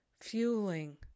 fueling